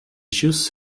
ĵus